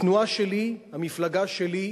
התנועה שלי, המפלגה שלי,